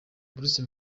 bruce